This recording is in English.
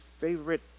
favorite